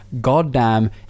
Goddamn